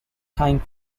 tying